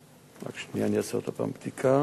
רק שנייה, אני אעשה עוד הפעם בדיקה.